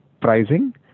pricing